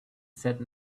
said